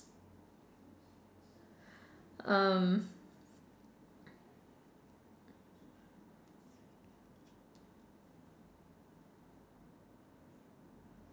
um